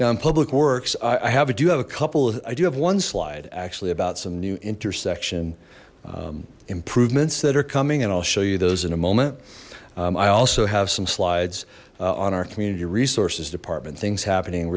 in public works i have it you have a couple of i do have one slide actually about some new intersection improvements that are coming and i'll show you those in a moment i also have some slides on our community resources department things happening